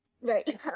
right